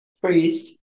priest